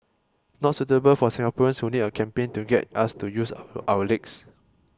not suitable for Singaporeans who need a campaign to get us to use our legs